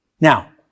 Now